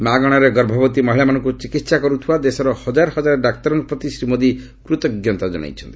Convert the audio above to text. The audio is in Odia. ମାଗଣାରେ ଗର୍ଭବତୀ ମହିଳାମାନଙ୍କୁ ଚିକିତ୍ସା କରୁଥିବା ଦେଶର ହଜାର ହଜାର ଡାକ୍ତରମାନଙ୍କ ପ୍ରତି ଶ୍ରୀ ମୋଦି କୃତ୍ଙ୍କତା ଜଣାଇଛନ୍ତି